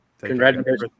Congratulations